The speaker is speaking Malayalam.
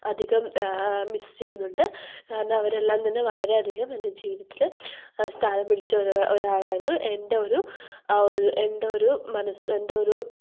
അധികം മിസ്സ് ചെയ്യുന്നുണ്ട് കാരണം അവരെല്ലാം തന്നെ വളരെയധികം എൻ്റെ ജീവിതത്തിൽ സ്ഥാനം പിടിച്ച ഒരാളായിരുന്നു എൻ്റെ ഒരു ആ ഒരു എന്താ ഒരു മനസ്സ് എന്താ ഒരു